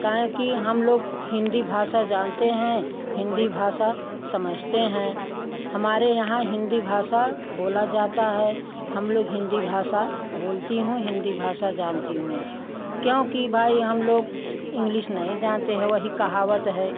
काहे कि हम लोग हिंदी भाषा जानते हैं हिन्दी भाषा समझते हैं हमारे यहाँ हिन्दी भाषा बोला जाता है हम लोग हिन्दी भाषा बोलती हूँ हिन्दी भाषा जानती हूँ क्योंकि भाई हम लोग इंग्लिश नहीं जानते हैं वही कहावत हैं